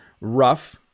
Rough